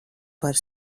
par